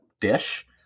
dish